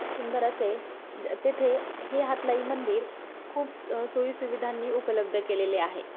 सुंदर असे ज तेथे हे हातलाई मंदिर खूप स सोईसुविधांनी उपलब्ध केलेले आहे